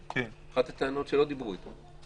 אחת הטענות שלא דיברו איתם.